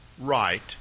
right